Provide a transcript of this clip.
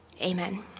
Amen